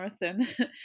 marathon